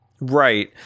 Right